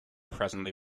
presently